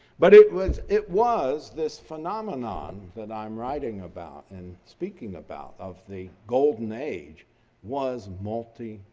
but it was it was this phenomenon that i'm writing about and speaking about of the golden age was multi-religious.